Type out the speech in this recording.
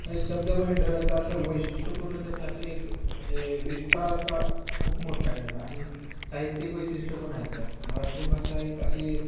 हे शब्दभांडारच असं वैशिष्ट्यपूर्ण त्यात असं एक म्हणजे विस्तार असा खूप मोठ्ठा आहे त्याचा आणि साहित्यिक वैशिष्ट्य पण आहेत त्यात मराठी भाषा एक अशी